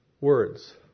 Words